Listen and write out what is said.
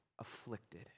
afflicted